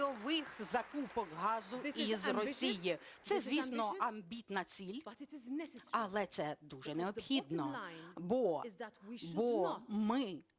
Це, звісно, амбітна ціль, але це дуже необхідно, бо ми не